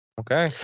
Okay